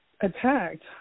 attacked